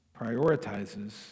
prioritizes